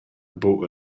buc